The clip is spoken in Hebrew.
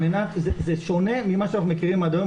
זה שונה ממה שאנחנו מכירים עד היום,